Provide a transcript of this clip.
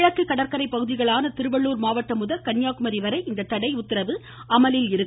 கிழக்கு கடற்கரை பகுதிகளான திருவள்ளுர் மாவட்டம் முதல் கன்னியாகுமரி வரை இந்த தடை உத்தரவு அமலில் இருக்கும்